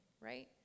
right